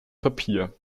papier